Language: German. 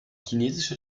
chinesische